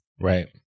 Right